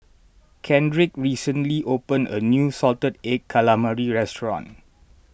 Kendrick recently opened a new Salted Egg Calamari restaurant